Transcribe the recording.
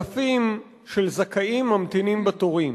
אלפים של זכאים ממתינים בתורים.